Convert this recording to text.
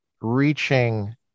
reaching